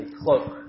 cloak